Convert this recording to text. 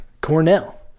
Cornell